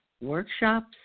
workshops